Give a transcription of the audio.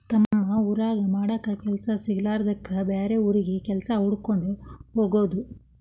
ತಮ್ಮ ಊರಾಗ ಮಾಡಾಕ ಕೆಲಸಾ ಸಿಗಲಾರದ್ದಕ್ಕ ಬ್ಯಾರೆ ಊರಿಗೆ ಕೆಲಸಾ ಹುಡಕ್ಕೊಂಡ ಹೊಗುದು